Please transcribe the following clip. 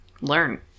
learn